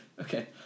Okay